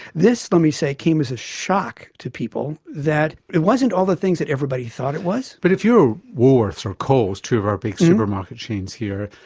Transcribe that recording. this, let me say, came as a shock to people, that it wasn't all the things that everybody thought it was. but if you are woolworths or coles, two of our big supermarket chains here,